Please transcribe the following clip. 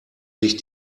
sich